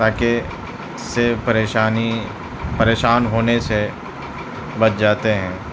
تاکہ اس سے پریشانی پریشان ہونے سے بچ جاتے ہیں